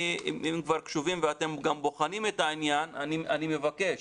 אם אתם קשובים וגם בוחנים את העניין אני מבקש